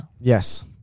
Yes